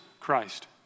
Christ